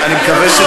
אני מקווה,